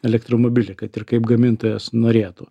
elektromobilį kad ir kaip gamintojas norėtų